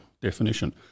definition